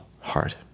heart